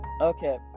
Okay